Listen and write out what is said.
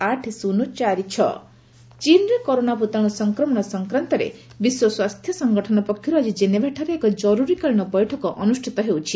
ହୁ corona ଚୀନ୍ରେ corona ଭୂତାଣୁ ସଂକ୍ରମଣ ସଂକ୍ରାନ୍ତରେ ବିଶ୍ୱ ସ୍ୱାସ୍ଥ୍ୟ ସଂଗଠନ ପକ୍ଷରୁ ଆଜି ଜେନେଭାରେ ଏକ ଜରୁରିକାଳୀନ ବୈଠକ ଅନୁଷ୍ଠିତ ହେଉଛି